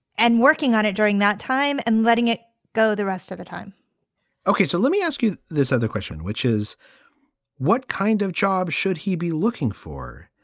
and working on it during that time and letting it go the rest of the time ok, so let me ask you this other question, which is what kind of jobs should he be looking for?